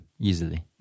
easily